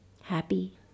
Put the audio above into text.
happy